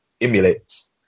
emulates